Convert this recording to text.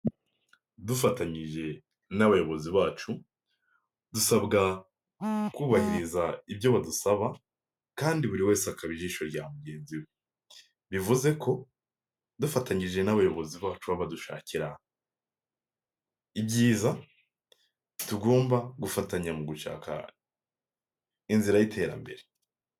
Dufatanyije n'abayobozi bacu, dusabwa kubahiriza ibyo badusaba kandi buri wese akaba ijisho rya mugenzi we, bivuze ko dufatanyije n'abayobozi bacu baba badushakira ibyiza, tugomba gufatanya mu gushaka inzira y'iterambere.